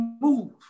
move